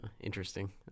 Interesting